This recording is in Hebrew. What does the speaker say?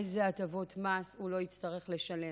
איזה הטבות מס הוא לא יצטרך לשלם,